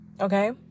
okay